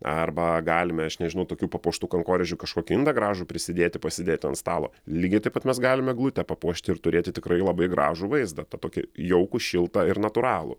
arba galime aš nežinau tokių papuoštų kankorėžių kažkokį indą gražų prisidėti pasidėti ant stalo lygiai taip pat mes galime eglutę papuošti ir turėti tikrai labai gražų vaizdą tą tokį jaukų šiltą ir natūralų